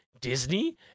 Disney